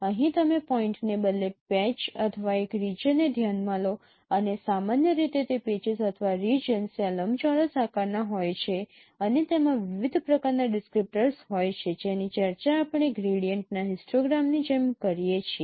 અહીં તમે પોઈન્ટને બદલે પેચ અથવા એક રિજિયનને ધ્યાનમાં લો અને સામાન્ય રીતે તે પેચીસ અથવા રિજિયન્સ ત્યાં લંબચોરસ આકારના હોય છે અને તેમાં વિવિધ પ્રકારના ડિસક્રીપ્ટર્સ હોય છે જેની ચર્ચા આપણે ગ્રેડિયન્ટના હિસ્ટોગ્રામની જેમ કરીએ છીએ